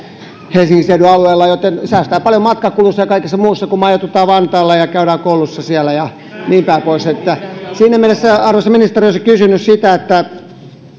helsingin seudun alueella joten säästetään paljon matkakuluissa ja kaikessa muussa kun majoitutaan vantaalla ja käydään koulussa siellä ja niinpäin pois siinä mielessä arvoisa ministeri olisin kysynyt